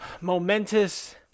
momentous